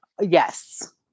Yes